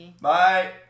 Bye